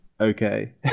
okay